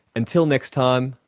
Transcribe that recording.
until next time,